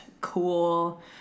Cool